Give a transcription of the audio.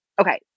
Okay